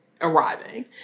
arriving